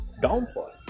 downfall